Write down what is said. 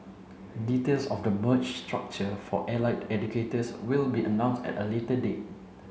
details of the merged structure for allied educators will be announced at a later date